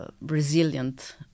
resilient